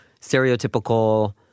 stereotypical